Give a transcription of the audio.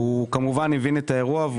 הוא הבין את האירוע,